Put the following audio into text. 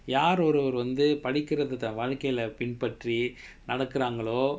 யாரொருவர் வந்து படிக்குறத வாழ்கைல பின்பற்றி நடக்குறாங்கலோ:yaaroruvar vanthu padikuratha vaalkaila pinpatri nadakuraangalo